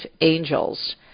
Angels